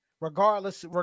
regardless